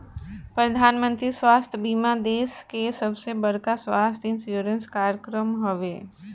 प्रधानमंत्री स्वास्थ्य बीमा देश के सबसे बड़का स्वास्थ्य इंश्योरेंस कार्यक्रम हवे